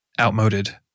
outmoded